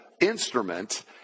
instrument